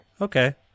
okay